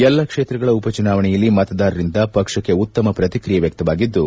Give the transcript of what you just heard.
ಎಲ್ಲ ಕ್ಷೇತ್ರಗಳ ಉಪ ಚುನಾವಣೆಯಲ್ಲಿ ಮತದಾರರಿಂದ ಪಕ್ಷಕ್ಕೆ ಉತ್ತಮ ಪ್ರತಿಕ್ರಿಯೆ ವ್ಯಕ್ತವಾಗಿದ್ದು